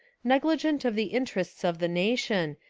negligent of the interests of the nation,